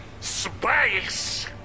space